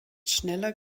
schneller